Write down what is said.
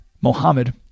Mohammed